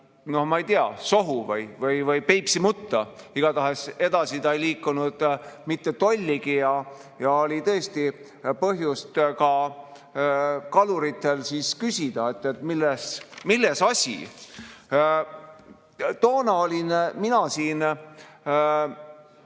no ma ei tea, sohu või Peipsi mutta. Igatahes edasi ta ei liikunud mitte tolligi ja oli tõesti põhjust kaluritel küsida, et milles asi. Toona olin mina siin